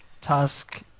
task